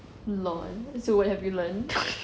lol so what have you learn